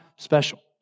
special